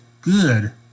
good